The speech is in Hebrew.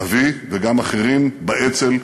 אבי וגם אחרים באצ"ל,